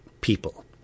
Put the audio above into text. people